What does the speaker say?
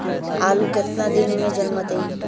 आलू केतना दिन में जलमतइ?